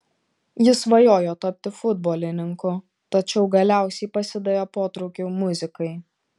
jis svajojo tapti futbolininku tačiau galiausiai pasidavė potraukiui muzikai